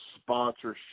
sponsorship